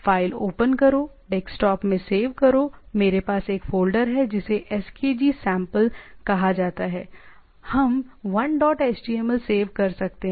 file open करोडेस्कटॉप में save करो मेरे पास एक फ़ोल्डर है जिसे SKG सैंपल कहा जाता है हम 1डॉट HTML सेव कर सकते हैं